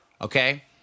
okay